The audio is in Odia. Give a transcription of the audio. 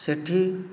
ସେଠି